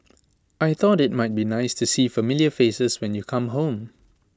I thought IT might be nice to see familiar faces when you come home